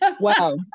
Wow